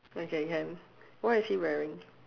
okay can what is he wearing